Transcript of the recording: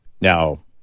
Now